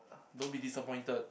don't be disappointed